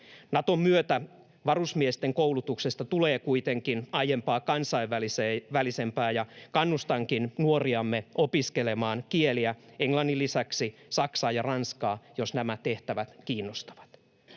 Naton myötä varusmiesten koulutuksesta tulee kuitenkin aiempaa kansainvälisempää, ja kannustankin nuoriamme opiskelemaan kieliä, englannin lisäksi saksaa ja ranskaa, jos nämä tehtävät kiinnostavat.